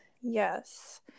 Yes